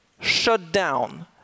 shutdown